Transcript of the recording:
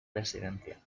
residencia